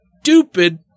stupid